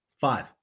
Five